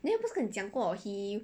there 不是跟你讲过 he